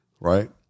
Right